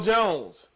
Jones